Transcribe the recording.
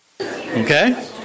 Okay